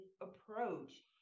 approach